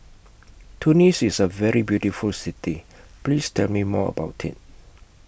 Tunis IS A very beautiful City Please Tell Me More about IT